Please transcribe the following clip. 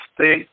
state